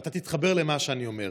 ואתה תתחבר למה שאני אומר.